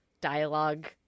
dialogue